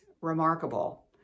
remarkable